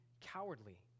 cowardly